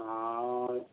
हाँ